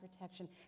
protection